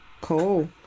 cool